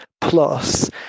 plus